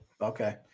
okay